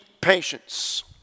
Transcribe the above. patience